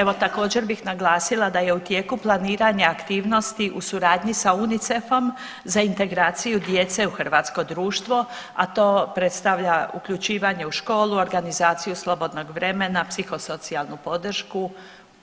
Evo također bih naglasila da je u tijeku planiranje aktivnosti u suradnji sa UNICEF-om za integraciju djece u hrvatsko društvo, a to predstavlja uključivanje u školu, organizaciju slobodnog vremena, psihosocijalnu podršku,